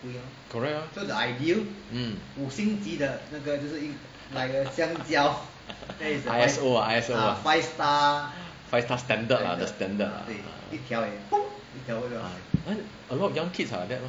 correct ah mm I_S_O ah I_S_O five star standard lah the standard a lot of young kids are like that mah